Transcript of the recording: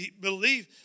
Believe